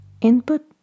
Input